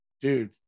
Dude